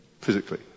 physically